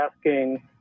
asking